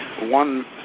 One